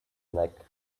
neck